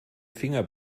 finger